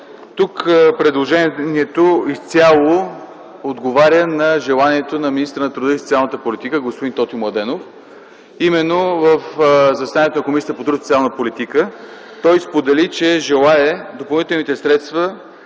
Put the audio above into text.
Тук предложението ни отговаря изцяло на желанието на министъра на труда и социалната политика господин Тотю Младенов. В заседанието на Комисията по труда и социалната политика той сподели, че желае допълнителните средства